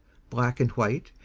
black and white,